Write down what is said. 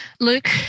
Luke